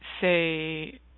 say